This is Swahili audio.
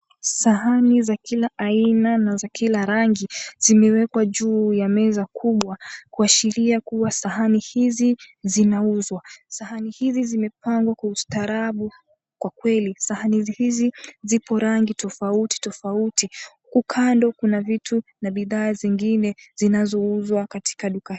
Sahani za kila aina na za kila rangi zimewekwa juu ya meza kubwa kuashiria kuwa sahani hizi zinauzwa. Sahani hizi zimepangwa kwa ustaarabu kwa kweli. Sahani hizi zipo rangi tofauti tofauti huku kando kuna vitu na bidhaa zingine zinazouzwa katika duka.